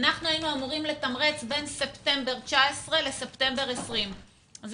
אנחנו היינו אמורים לתמרץ בין ספטמבר 2019 לספטמבר 2020. אז